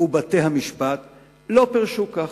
ובתי-המשפט לא פירשו כך.